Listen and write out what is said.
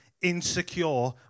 insecure